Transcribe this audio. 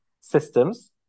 systems